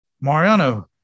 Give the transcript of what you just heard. Mariano